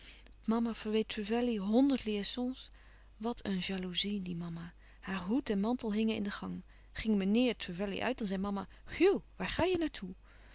mama verweet trevelley honderd liaisons wat een jaloezie die mama haar hoed en mantel hingen in de gang ging meneer trevelley uit dan zei mama hugh waar ga je naar toe